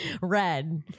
red